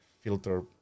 filter